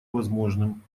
возможным